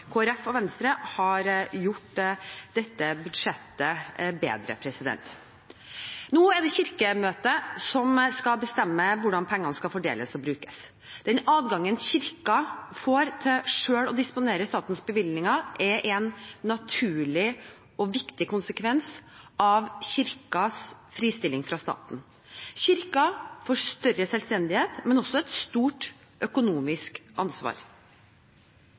og Venstre har gjort dette budsjettet bedre. Nå er det Kirkemøtet som skal bestemme hvordan pengene skal fordeles og brukes. Den adgangen Kirken får til selv å disponere statens bevilgninger, er en naturlig og viktig konsekvens av Kirkens fristilling fra staten. Kirken får større selvstendighet, men også et stort økonomisk ansvar.